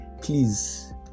Please